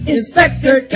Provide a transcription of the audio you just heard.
Inspector